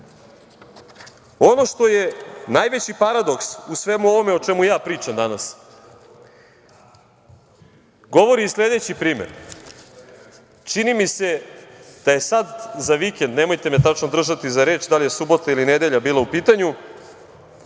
što je najveći paradoks u svemu ovome o čemu ja pričam danas govori i sledeći primer. Čini mi se da je sada za vikend, nemojte me tačno držati za reč da li je subota ili nedelja bila u pitanju,